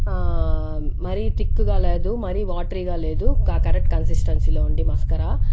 మరి తిక్కుగా లేదు మరి వాటరిగా లేదు క కరెక్ట్ కన్సిస్టెన్సీలో ఉంది మస్కరా